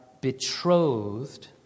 betrothed